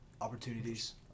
opportunities